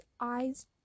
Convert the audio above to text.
eyes